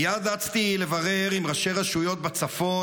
מיד אצתי לברר עם ראשי רשויות בצפון,